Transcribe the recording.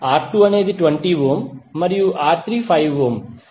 R2 అనేది 20 ohm మరియు R3 5 ఓంలు